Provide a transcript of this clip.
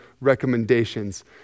recommendations